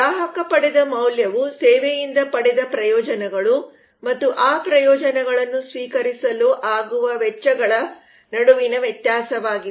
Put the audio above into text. ಗ್ರಾಹಕ ಪಡೆದ ಮೌಲ್ಯವು ಸೇವೆಯಿಂದ ಪಡೆದ ಪ್ರಯೋಜನಗಳು ಮತ್ತು ಆ ಪ್ರಯೋಜನಗಳನ್ನು ಸ್ವೀಕರಿಸಲು ಆಗುವ ವೆಚ್ಚಗಳ ನಡುವಿನ ವ್ಯತ್ಯಾಸವಾಗಿದೆ